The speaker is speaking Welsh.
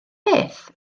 beth